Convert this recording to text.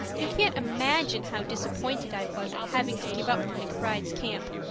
you can't imagine how disappointed i was at having to give up the mcbrides' camp.